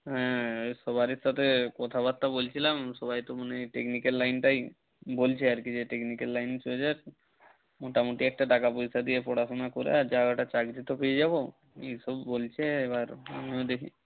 হ্যাঁ সবার সাথে কথাবার্তা বলছিলাম সবাই তো মানে টেকনিক্যাল লাইনটাই বলছে আর কি যে টেকনিক্যাল লাইনে চলে যা মোটামুটি একটা টাকা পয়সা দিয়ে পড়াশোনা করে আয় যা হোক একটা চাকরি তো পেয়ে যাব এই সব বলছে এবার আমিও দেখি